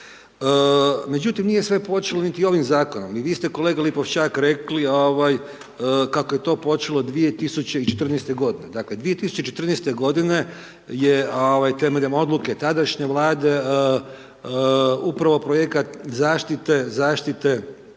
Međutim, nije sve počelo niti ovim zakonom. I vi ste, kolega Lipošćak rekli kako je to počelo 2014. godine je temeljem odluke tadašnje Vlade upravo projekat zaštite